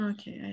Okay